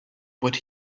what